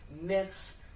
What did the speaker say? myths